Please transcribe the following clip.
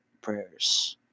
prayers